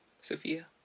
Sophia